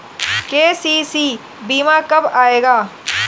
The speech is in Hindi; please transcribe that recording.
के.सी.सी बीमा कब आएगा?